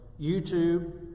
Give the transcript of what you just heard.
YouTube